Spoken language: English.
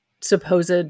supposed